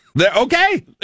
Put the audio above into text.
Okay